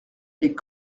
les